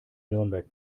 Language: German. nürnberg